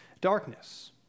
darkness